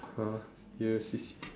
!huh! do you see